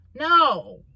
No